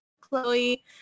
Chloe